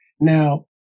Now